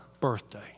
birthday